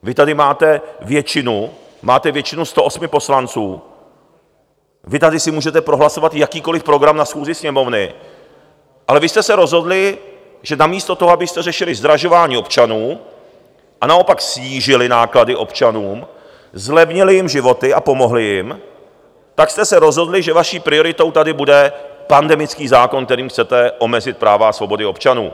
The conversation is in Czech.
Vy tady máte většinu, máte většinu 108 poslanců, vy si tady můžete prohlasovat jakýkoliv program na schůzi Sněmovny, ale vy jste se rozhodli, že namísto toho, abyste řešili zdražování občanů a naopak snížili náklady občanům, zlevnili jim životy a pomohli jim, tak jste se rozhodli, že vaší prioritou tady bude pandemický zákon, kterým chcete omezit práva a svobody občanů.